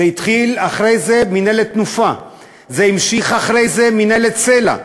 אחרי זה מינהלת "תנופה"; זה המשיך אחרי זה במינהלת סל"ע,